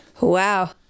Wow